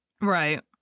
Right